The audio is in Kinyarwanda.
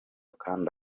kandi